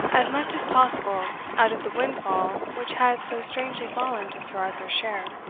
as much as possible out of the windfall which had so strangely fallen to sir arthur's share.